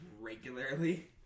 Regularly